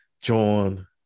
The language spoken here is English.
John